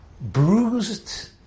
Bruised